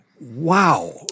Wow